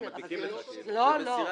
לא, לא.